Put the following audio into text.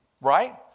Right